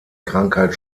krankheit